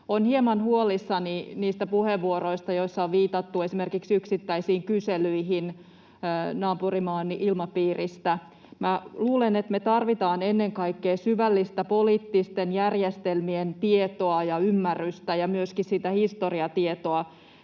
Olen hieman huolissani niistä puheenvuoroista, joissa on viitattu esimerkiksi yksittäisiin kyselyihin naapurimaan ilmapiiristä. Minä luulen, että me tarvitsemme ennen kaikkea syvällistä tietoa ja ymmärrystä poliittisista